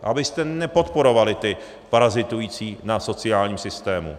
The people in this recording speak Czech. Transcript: Abyste nepodporovali ty parazitující na sociálním systému.